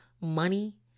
money